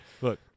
Look